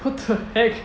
what the heck